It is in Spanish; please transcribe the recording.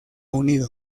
unido